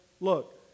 look